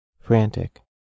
Frantic